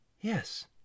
Yes